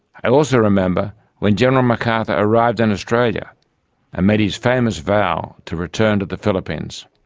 i also remember when general macarthur arrived in australia and made his famous vow to return to the philippines.